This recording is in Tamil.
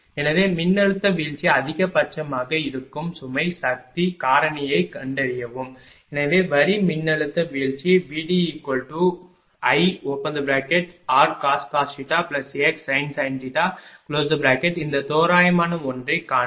எனவே மின்னழுத்த வீழ்ச்சி அதிகபட்சமாக இருக்கும் சுமை சக்தி காரணியைக் கண்டறியவும் எனவே வரி மின்னழுத்த வீழ்ச்சி VDIrcos xsin இந்த தோராயமான ஒன்றைக் காண்க